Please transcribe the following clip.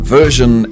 Version